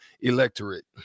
electorate